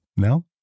no